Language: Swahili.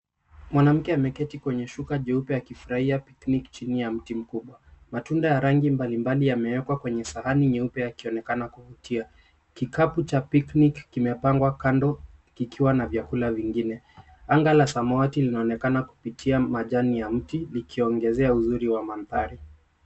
Mwanamke ameketi kwenye shuka jeupe, akifurahia picnic chini ya mti mkubwa. Matunda ya rangi mbali mbali yameekwa kwenye sahani nyeupe, yakionekana kuvutia. Kikapu cha picnic kimepangwa kando kikiwa na vyakula vingine. Anga la samawati linaonekana kupitia majani ya mti, likiongezea uzuri wa mandhari.